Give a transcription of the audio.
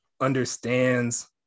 understands